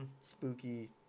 spooky